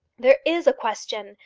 there is a question,